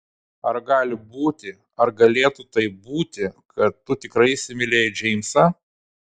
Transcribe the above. ar gali būti ar galėtų taip būti kad tu tikrai įsimylėjai džeimsą